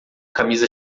camisa